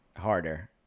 harder